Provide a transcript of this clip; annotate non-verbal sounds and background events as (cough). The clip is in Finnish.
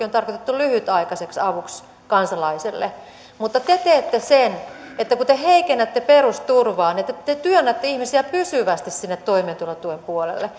(unintelligible) on tarkoitettu lyhytaikaiseksi avuksi kansalaiselle mutta te teette sen että kun te heikennätte perusturvaa niin te työnnätte ihmisiä pysyvästi sinne toimeentulotuen puolelle (unintelligible)